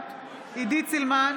נוכחת עידית סילמן,